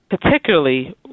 particularly